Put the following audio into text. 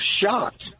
shocked